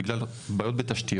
בין אם זה סולארי,